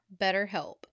BetterHelp